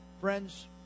Friends